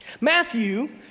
Matthew